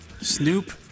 Snoop